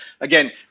Again